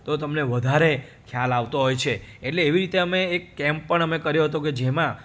તો તમને વધારે ખ્યાલ આવતો હોય છે એટલે એવી રીતે અમે એક કેમ્પ પણ અમે કર્યો હતો કે જેમાં